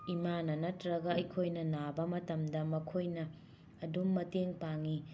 ꯏꯃꯥꯅ ꯅꯠꯇ꯭ꯔꯒ ꯑꯩꯈꯣꯏꯅ ꯅꯥꯕ ꯃꯇꯝꯗ ꯃꯈꯣꯏꯅ ꯑꯗꯨꯝ ꯃꯇꯦꯡ ꯄꯥꯡꯏ